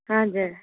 हजुर